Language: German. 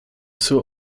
zur